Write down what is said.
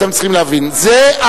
אתם צריכים להבין: זה,